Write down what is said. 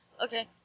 Okay